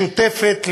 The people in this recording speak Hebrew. משותפת ל,